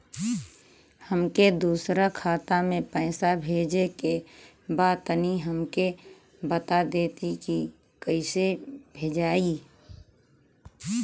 हमके दूसरा खाता में पैसा भेजे के बा तनि हमके बता देती की कइसे भेजाई?